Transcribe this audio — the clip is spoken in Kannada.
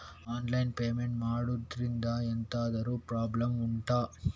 ಆನ್ಲೈನ್ ಪೇಮೆಂಟ್ ಮಾಡುದ್ರಿಂದ ಎಂತಾದ್ರೂ ಪ್ರಾಬ್ಲಮ್ ಉಂಟಾ